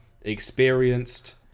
experienced